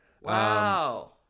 wow